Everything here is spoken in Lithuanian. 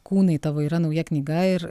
kūnai tavo yra nauja knyga ir